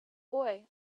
boy